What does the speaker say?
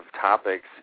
topics